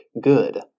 good